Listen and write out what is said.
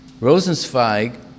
Rosenzweig